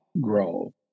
grow